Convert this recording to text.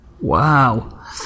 Wow